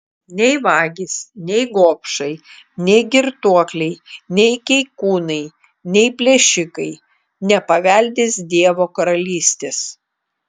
nei vagys nei gobšai nei girtuokliai nei keikūnai nei plėšikai nepaveldės dievo karalystės